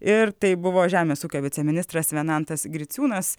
ir tai buvo žemės ūkio viceministras venantas griciūnas